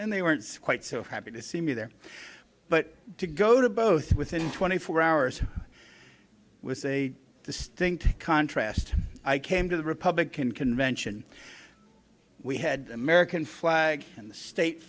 and they weren't quite so happy to see me there but to go to both within twenty four hours say the stink contrast i came to the republican convention we had american flag and the state